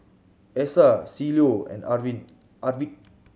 Essa Cielo and Arvid